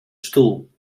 stoel